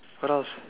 what else